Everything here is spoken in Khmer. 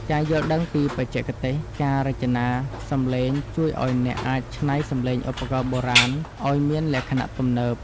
ការយល់ដឹងពីបច្ចេកទេស ការរចនាសំឡេង ជួយឱ្យអ្នកអាចច្នៃសំឡេងឧបករណ៍បុរាណឱ្យមានលក្ខណៈទំនើប។